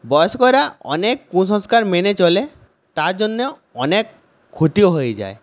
বয়স্করা অনেক কুসংস্কার মেনে চলে তার জন্যও অনেক ক্ষতি হয়ে যায়